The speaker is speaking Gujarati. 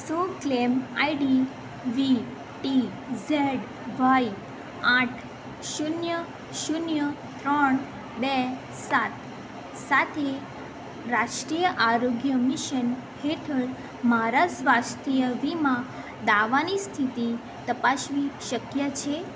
શું claim ID V T Z Y આઠ શૂન્ય શૂન્ય ત્રણ બે સાત સાથે રાષ્ટ્રીય આરોગ્ય મિશન હેઠળ મારા સ્વાસ્થ્ય વીમા દાવાની સ્થિતિ તપાસવી શક્ય છે